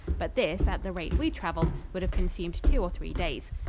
but this, at the rate we traveled, would have consumed two or three days.